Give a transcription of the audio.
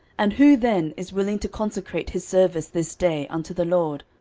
and who then is willing to consecrate his service this day unto the lord?